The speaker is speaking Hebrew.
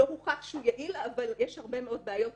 לא הוכח שהוא יעיל אבל יש הרבה מאוד בעיות